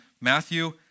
Matthew